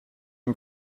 and